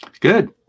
good